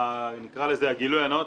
נקרא לזה הגילוי הנאות,